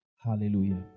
Hallelujah